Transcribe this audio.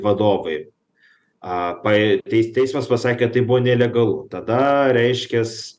vadovai a pa į teis teismas pasakė kad tai buvo nelegalu tada reiškias